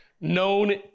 known